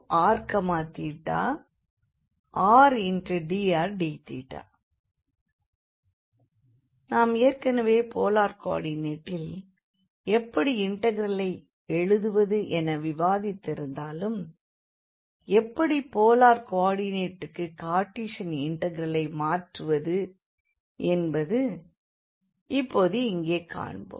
θαrr1rr2frθrdrdθ நாம் ஏற்கெனவே போலார் கோ ஆர்டினேட்டில் எப்படி இண்டெக்ரலை எழுதுவது என விவாதித்திருந்தாலும் எப்படி போலார் கோ ஆர்டினேட்டுக்கு கார்டீசியன் இண்டெக்ரலை மாற்றுவது என்பதை இப்போது இங்கே காண்போம்